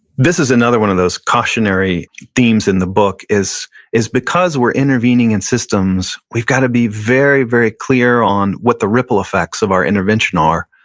this is another one of those cautionary themes in the book, is is because we're intervening in systems, we've gotta be very, very clear on what the ripple effects of our intervention are.